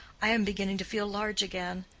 i am beginning to feel large again.